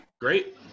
Great